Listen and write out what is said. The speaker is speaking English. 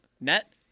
net